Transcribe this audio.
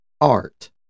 art